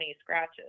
scratches